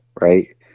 right